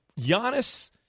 Giannis